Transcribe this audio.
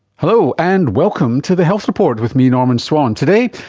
hello, and welcome to the health report with me, norman swan. today,